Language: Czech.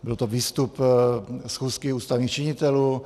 Byl to výstup schůzky ústavních činitelů.